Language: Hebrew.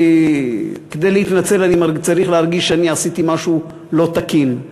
כדי להתנצל אני צריך להרגיש שאני עשיתי משהו לא תקין.